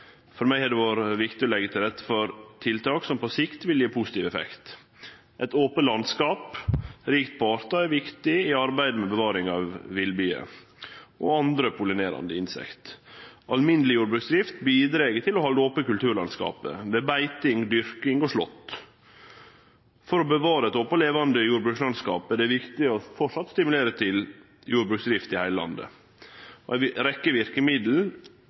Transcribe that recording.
For meg har det vore viktig å leggje til rette for tiltak som på sikt vil gje positiv effekt. Eit ope landskap rikt på artar er viktig i arbeidet med bevaring av villbier og andre pollinerande insekt. Alminneleg jordbruksdrift bidreg til å halde ope kulturlandskapet ved beiting, dyrking og slått. For å bevare eit ope og levande jordbrukslandskap er det viktig framleis å stimulere til jordbruksdrift i heile landet. Ei rekkje verkemiddel